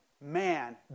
man